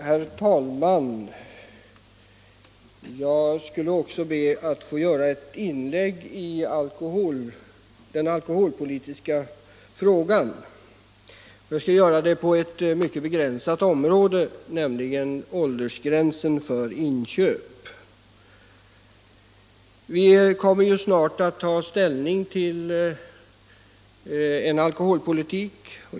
Herr talman! Jag skall också be att få göra ett inlägg i den alkoholpolitiska frågan. Jag skall hålla mig till ett begränsat område, nämligen åldersgränsen för inköp. Vi kommer snart att få ta ställning till ett förslag till alkoholpolitik.